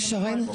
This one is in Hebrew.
סליחה, שרן.